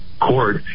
Court